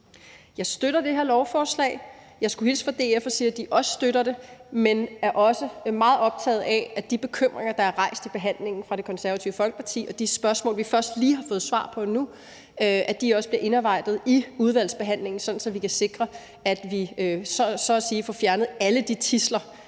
Jeg støtter det her lovforslag. Jeg skulle hilse fra DF og sige, at de også støtter det, men at de også er meget optagede af, at de bekymringer, der er rejst i behandlingen fra Det Konservative Folkepartis side, og de spørgsmål, vi først lige har fået svar på nu, også bliver indarbejdet i udvalgsbehandlingen, sådan at vi kan sikre, at vi så at sige får fjernet alle de tidsler,